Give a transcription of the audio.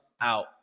out